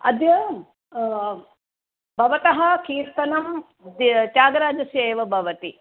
अद्य भवतः कीर्तनं त्य् त्यागराजस्येव भवति